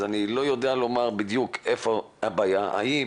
אז אני לא יודע לומר בדיוק איפה הבעיה, האם